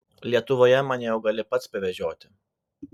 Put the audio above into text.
lietuvoje mane jau gali pats pavežioti